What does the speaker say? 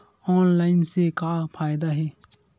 Online से का फ़ायदा हे?